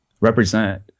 represent